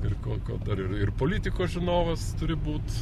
ir ko ko dar ir ir politikos žinovas turi būt